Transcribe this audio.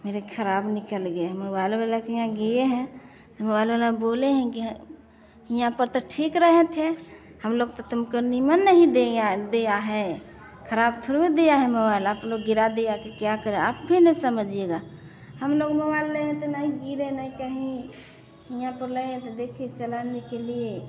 मेरे खराब निकल गए मोबाईल वाला के यहाँ गए हैं मोबाईल वाला बोलें हैं कि ह हिया पर ते ठीक रहे थे हम लोग तो तुमको निमन नहीं देया देया है खराब थोड़को दिया है मोबाईल आप लोग गिरा दिया कि क्या करा आप ही न समझिएगा हम लोग मोबाईल लहे त न तो गिरे नहीं कहीं हिया को लैय आ तो देखि चलाने के लिए